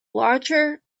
larger